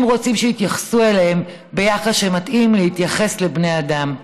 הם רוצים שיתייחסו אליהם ביחס שמתאים לבני אדם.